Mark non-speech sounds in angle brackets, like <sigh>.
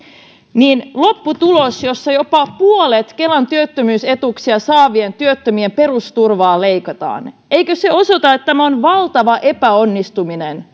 niin eikö lopputulos jossa jopa puolelta kelan työttömyysetuuksia saavien työttömien perusturvaa leikataan osoita että tämä on valtava epäonnistuminen <unintelligible>